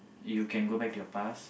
you can go back to your past